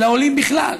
אלא עולים בכלל,